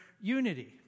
unity